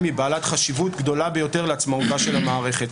היא בעלת חשיבות גדולה ביותר לעצמאותה של המערכת.